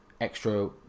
extra